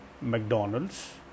McDonald's